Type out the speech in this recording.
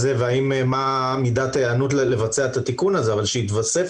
מה מידת ההיענות לבצע את התיקון הזה אבל שיתווסף